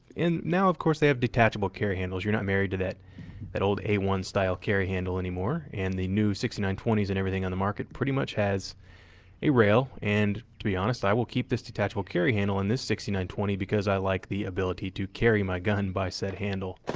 now of course they have detachable carry handles, you're not married to that that old a one style carry handle anymore. and the new sixty nine twenty s and everything on the market pretty much has a rail and, to be honest, i will keep this detachable carry handle on this sixty nine twenty because i like the ability to carry my gun by said handle.